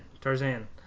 Tarzan